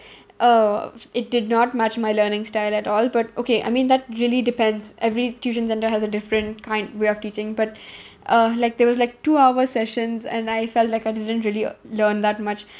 uh it did not match my learning style at all but okay I mean that really depends every tuition centre has a different kind way of teaching but uh like there was like two hours sessions and I felt like I didn't really learn that much